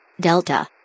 Delta